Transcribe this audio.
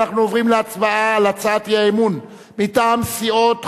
אנחנו עוברים להצבעה על הצעת האי-אמון מטעם סיעות חד"ש,